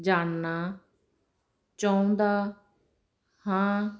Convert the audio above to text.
ਜਾਨਣਾ ਚਾਹੁੰਦਾ ਹਾਂ